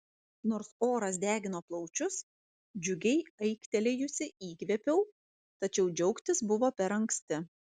nors oras degino plaučius džiugiai aiktelėjusi įkvėpiau tačiau džiaugtis buvo per anksti